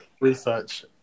research